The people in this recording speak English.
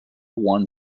one